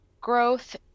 growth